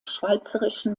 schweizerischen